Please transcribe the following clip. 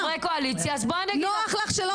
-- חברי קואליציה אני אגיד לך,